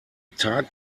tag